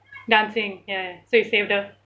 dancing ya ya so you saved up